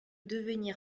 devenir